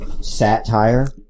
satire